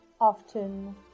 often